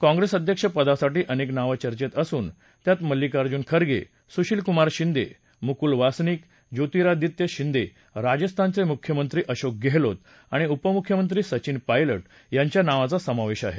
काँप्रेस अध्यक्ष पदासाठी अनेक नावं चर्चेत असून त्यात मल्लिकार्जुन खगें सुशीलकुमार शिंदे मुकुल वासनिक जोतिरादित्य शिंदे राजस्थानचे मुख्यमंत्री अशोक गेहलोत आणि उपमुख्यमंत्री सचिन पायलट यांच्या नावाचा समावेश आहे